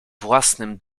własnym